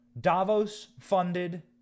Davos-funded